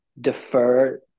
defer